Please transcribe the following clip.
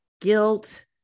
guilt